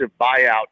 buyout